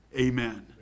amen